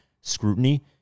scrutiny